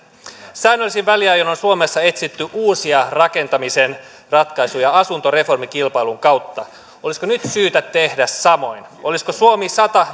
säännöllisin väliajoin on suomessa etsitty uusia rakentamisen ratkaisuja asuntoreformikilpailun kautta olisiko nyt syytä tehdä samoin olisiko suomi sata